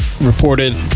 reported